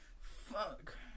fuck